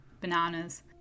bananas